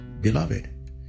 beloved